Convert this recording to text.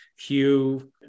hugh